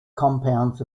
compounds